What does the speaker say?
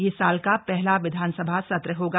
यह साल का पहला विधानसभा सत्र होगा